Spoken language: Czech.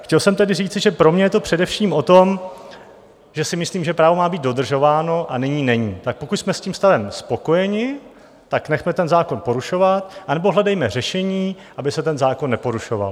Chtěl jsem tedy říci, že pro mě je to především o tom, že si myslím, že právo má být dodržováno, a nyní není, tak pokud jsme s tím stavem spokojeni, nechme ten zákon porušovat, anebo hledejme řešení, aby se zákon neporušoval.